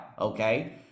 Okay